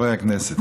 חברי הכנסת,